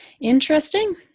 Interesting